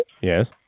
Yes